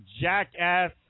Jackass